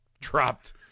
dropped